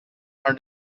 are